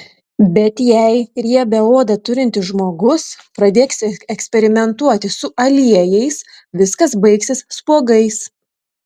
bet jei riebią odą turintis žmogus pradės eksperimentuoti su aliejais viskas baigsis spuogais